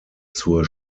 zur